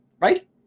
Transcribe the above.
right